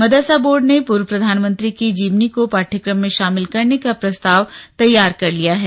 मदरसा board ने पूर्व प्रधानमंत्री की जीवनी को पाठ्यक्रम में शामिल करने का प्रस्ताव तैयार कर लिया है